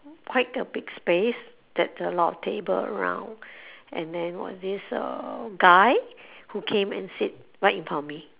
quite a big space that's a lot of table around and then got this guy who came and seat right in front of me